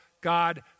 God